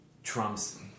Trump's